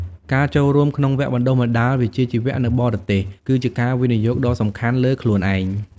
ការចូលរួមក្នុងវគ្គបណ្ដុះបណ្ដាលវិជ្ជាជីវៈនៅបរទេស គឺជាការវិនិយោគដ៏សំខាន់លើខ្លួនឯង។